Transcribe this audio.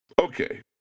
Okay